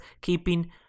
Keeping